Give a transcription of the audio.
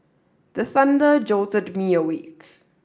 the thunder jolted me awake